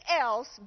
else